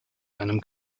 einem